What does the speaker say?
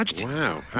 Wow